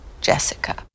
Jessica